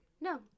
No